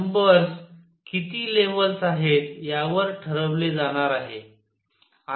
numbers किती levels आहेत यावर ठरवले जाणार आहे